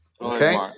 okay